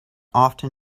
often